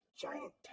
giant